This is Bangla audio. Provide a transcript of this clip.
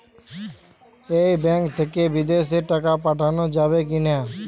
এই ব্যাঙ্ক থেকে বিদেশে টাকা পাঠানো যাবে কিনা?